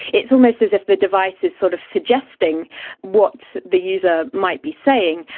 it's almost as if the device is sort of suggesting what the user might be saying,